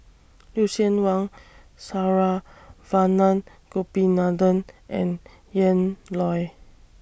Lucien Wang Saravanan Gopinathan and Ian Loy